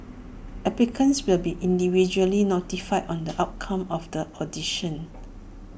applicants will be individually notified on the outcome of the audition